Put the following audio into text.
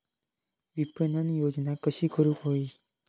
विपणन योजना कशी करुक होई?